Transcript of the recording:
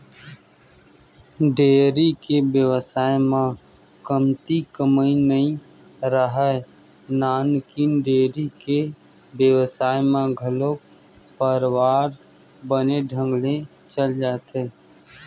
dairy के बेवसाय म कमती कमई नइ राहय, नानकन डेयरी के बेवसाय म घलो परवार बने ढंग ले चल जाथे